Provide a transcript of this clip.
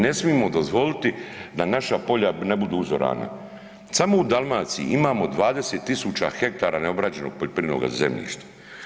Ne smijemo dozvoliti da naša polja ne budu uzorana, samo u Dalmaciji imamo 20.000 hektara neobrađenoga poljoprivrednoga zemljišta.